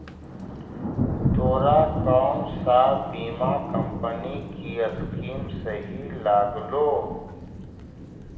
तोरा कौन सा बीमा कंपनी की स्कीम सही लागलो